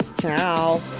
Ciao